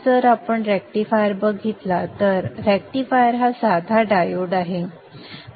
जर आपण रेक्टिफायर बघितले तर रेक्टिफायर हा साधा डायोड आहे